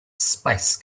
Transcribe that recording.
spice